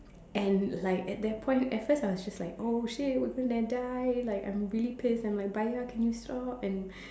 and like at that point at first I was just like oh shit we're gonna die like I'm really pissed I'm like baya can you stop and